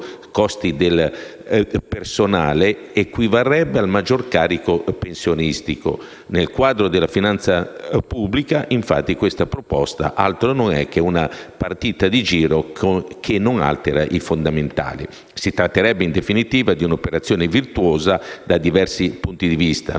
costi del personale equivarrebbe al maggior carico pensionistico. Nel quadro della finanza pubblica, infatti, questa proposta altro non è che una partita di giro che non altera i fondamentali. Si tratterebbe, in definitiva, di un'operazione virtuosa da diversi punti di vista